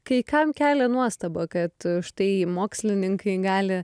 kai kam kelia nuostabą kad štai mokslininkai gali